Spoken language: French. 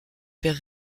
père